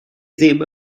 ddim